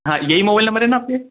हाँ यही mobile number है ना आपके